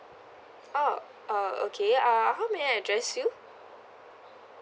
oh err okay uh how may I address you